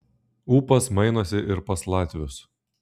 ūpas mainosi ir pas latvius